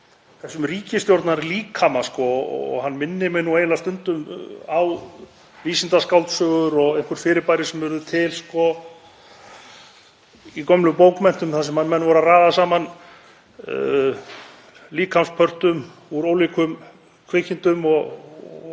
þessum ríkisstjórnarlíkama og hann minnir mig stundum á vísindaskáldsögur og einhver fyrirbæri sem urðu til í gömlum bókmenntum þar sem menn voru að raða saman líkamspörtum úr ólíkum kvikindum og